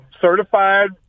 certified